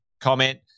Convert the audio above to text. comment